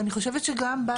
ואני חושבת שגם לגבי ההורים.